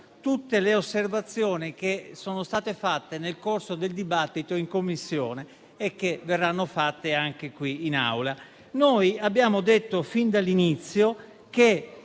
tutte le osservazioni che sono state fatte nel corso del dibattito in Commissione e che verranno proposte anche in Aula. Noi abbiamo detto fin dall'inizio - e